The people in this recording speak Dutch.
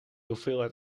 hoeveelheid